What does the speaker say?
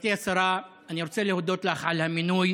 גברתי השרה, אני רוצה להודות לך על המינוי